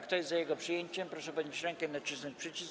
Kto jest za jego przyjęciem, proszę podnieść rękę i nacisnąć przycisk.